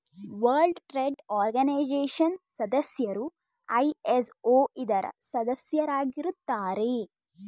world trade organisation ಸದಸ್ಯರು ISO ಇದರ ಸದಸ್ಯರಾಗಿರುತ್ತಾರೆ